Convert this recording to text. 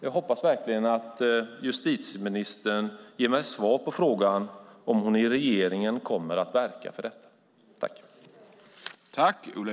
Jag hoppas verkligen att justitieministern ger mig svar på frågan om hon i regeringen kommer att verka för detta.